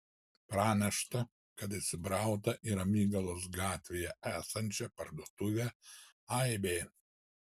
pranešta kad įsibrauta į ramygalos gatvėje esančią parduotuvę aibė